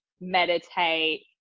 meditate